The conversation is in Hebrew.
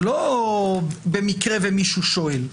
זה לא אם במקרה מישהו שואל.